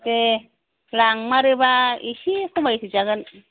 दे लांमारोबा इसे खमाय होजागोन